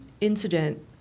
incident